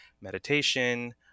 meditation